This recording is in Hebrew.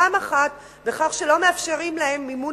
פעם אחת בכך שלא מאפשרים להם מימון